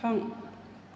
थां